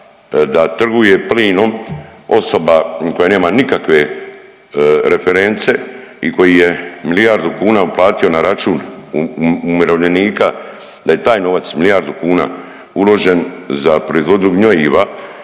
da trguje plinom osoba koja nema nikakve reference i koji je milijardu kuna uplatio na račun umirovljenika, da je taj novac, milijardu kuna uložen za proizvodnju gnojiva,